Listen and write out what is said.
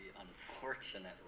unfortunately